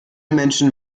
menschen